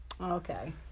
Okay